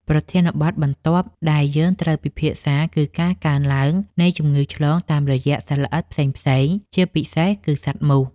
ប្រធានបទបន្ទាប់ដែលយើងត្រូវពិភាក្សាគឺការកើនឡើងនៃជំងឺឆ្លងតាមរយៈសត្វល្អិតផ្សេងៗជាពិសេសគឺសត្វមូស។